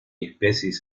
especies